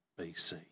BC